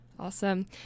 Awesome